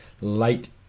late